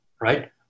right